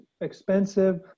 expensive